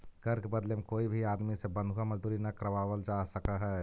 कर के बदले में कोई भी आदमी से बंधुआ मजदूरी न करावल जा सकऽ हई